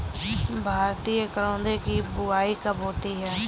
भारतीय करौदे की बुवाई कब होती है?